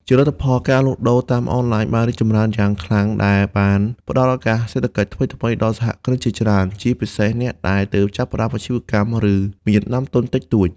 ជាលទ្ធផល ការលក់ដូរតាមអនឡាញបានរីកចម្រើនយ៉ាងខ្លាំង ដែលបាន ផ្តល់ឱកាសសេដ្ឋកិច្ចថ្មីៗ ដល់សហគ្រិនជាច្រើន ជាពិសេសអ្នកដែលទើបចាប់ផ្តើមអាជីវកម្ម ឬមានដើមទុនតិចតួច។